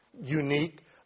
unique